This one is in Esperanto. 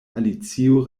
alicio